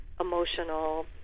emotional